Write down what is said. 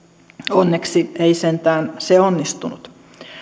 onneksi ei sentään se onnistunut